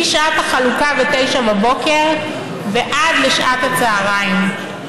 משעת החלוקה בתשע בבוקר ועד לשעת הצוהריים,